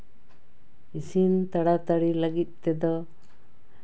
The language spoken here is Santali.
ᱤᱥᱤᱱ ᱛᱟᱲᱟᱛᱟᱹᱲᱤ ᱞᱟᱹᱜᱤᱫ ᱛᱮᱫᱚ